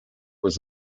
was